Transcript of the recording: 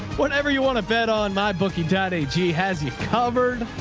whatever you want to bet on my bookie. daddy g has you covered,